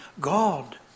God